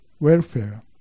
welfare